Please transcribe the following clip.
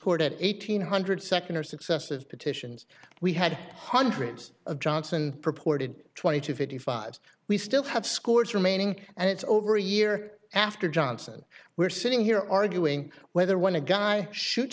court at eighteen hundred second or successive petitions we had hundreds of johnson reported twenty two fifty five we still have scores remaining and it's over a year after johnson we're sitting here arguing whether when a guy shoot